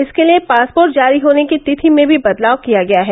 इसके लिये पासपोर्ट जारी होने की तिथि में भी बदलाव किया गया है